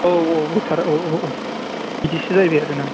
औ औ सार औ औ औ बिदिसो जाहैबाय आरोना